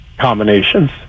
combinations